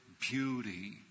beauty